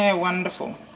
ah wonderful,